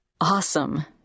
Awesome